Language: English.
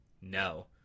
No